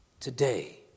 Today